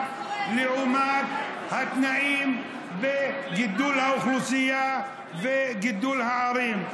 לעומת התנאים וגידול האוכלוסייה וגידול הערים.